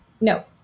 no